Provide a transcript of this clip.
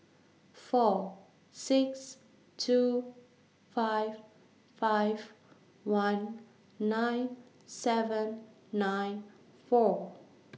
four six two five five one nine seven nine four